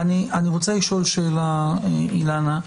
אני רוצה לשאול שאלה, אילנה.